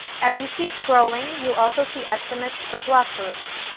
as you keep scrolling, you also see estimates for block groups.